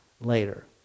later